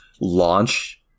launch